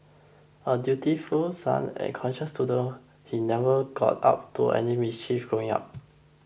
a dutiful son and conscientious student he never got up to any mischief growing up